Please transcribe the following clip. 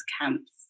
camps